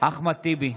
אחמד טיבי,